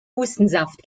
hustensaft